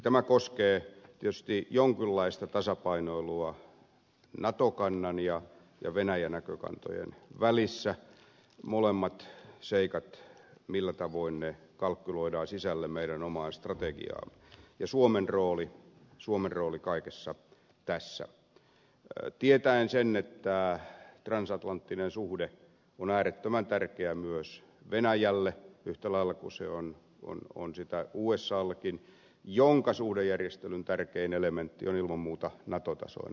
tämä koskee tietysti jonkinlaista tasapainoilua nato kannan ja venäjä näkökantojen välissä molemmat seikat millä tavoin ne kalkyloidaan sisälle meidän omaan strategiaamme ja suomen rooli kaikessa tässä tietäen sen että transatlanttinen suhde on äärettömän tärkeä myös venäjälle yhtä lailla kuin se on sitä usallekin jonka suhdejärjestelyn tärkein elementti on ilman muuta nato tasoinen järjestely